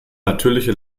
natürliche